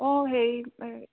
অঁ হেৰি পাই